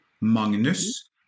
Magnus